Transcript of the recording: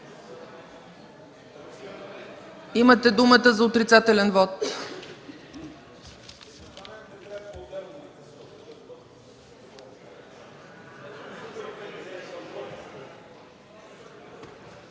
Имате думата за отрицателен вот.